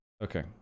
Okay